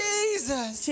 Jesus